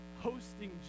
hosting